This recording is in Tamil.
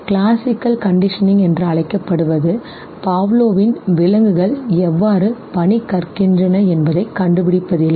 classical conditioning என்று அழைக்கப்படுவது Pavlovவின் விலங்குகள் எவ்வாறு பணி கற்கின்றன என்பதைக் கண்டுபிடிப்பதில்லை